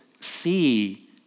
see